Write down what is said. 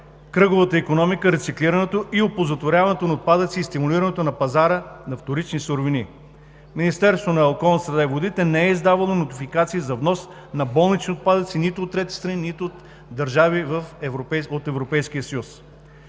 кръговата икономика, рециклирането и оползотворяването на отпадъци и стимулирането на пазара на вторични суровини. Министерството на околната среда и водите не е издавало нотификации за внос на болнични отпадъци нито от трети страни, нито от държави от Европейския съюз.